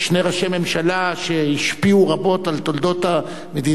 ממשלה שהשפיעו רבות על תולדות המדינה,